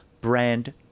brand